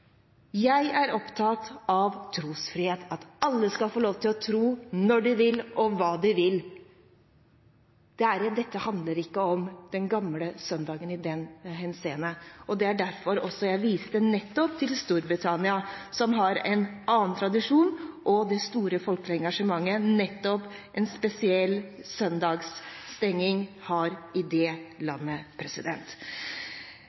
Jeg er opptatt av trosfrihet, at alle skal få lov til å tro når de vil og hva de vil. Dette handler ikke om den «gamle» søndagen i så henseende. Derfor viste jeg til nettopp Storbritannia, som har en annen tradisjon og et stort folkelig engasjement for en spesiell søndagsstenging i landet. Dette handler ikke om tvangsstenging, stenging av Internett eller noen annen stenging, men det